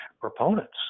proponents